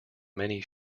many